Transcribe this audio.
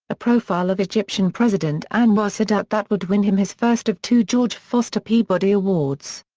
a profile of egyptian president anwar sadat that would win him his first of two george foster peabody awards.